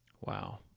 Wow